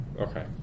Okay